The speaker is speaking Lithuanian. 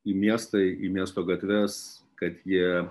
į miestą į miesto gatves kad jie